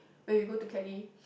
when we go to Kelly